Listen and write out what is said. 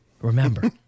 remember